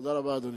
תודה רבה, אדוני.